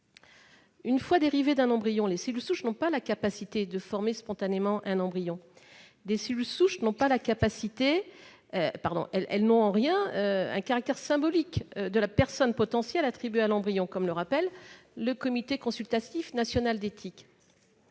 Une fois dérivées d'un embryon, les cellules souches n'ont pas la capacité d'en former spontanément un nouveau. Elles n'ont en rien le caractère symbolique de la personne potentielle qu'on attribue à l'embryon, comme l'a rappelé le Comité consultatif national d'éthique.